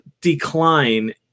decline